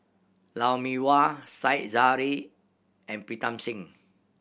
Lou Mee Wah Said Zahari and Pritam Singh